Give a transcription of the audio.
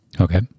Okay